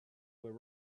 were